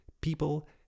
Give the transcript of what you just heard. people